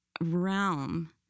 realm